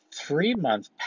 three-month